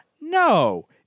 no